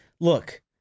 Look